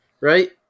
Right